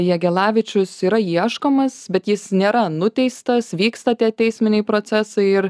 jagelavičius yra ieškomas bet jis nėra nuteistas vyksta tie teisminiai procesai ir